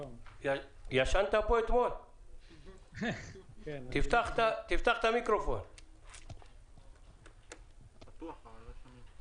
בוקר טוב.